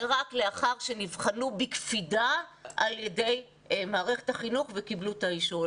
זה רק לאחר שנבחנו בקפידה על ידי מערכת החינוך וקיבלו את האישור לזה.